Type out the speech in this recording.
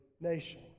nation